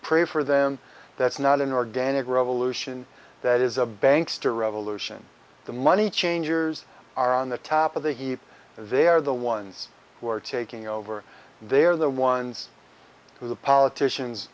pray for them that's not an organic revolution that is a banks to revolution the money changers are on the top of the heap they are the ones who are taking over they are the ones who the politicians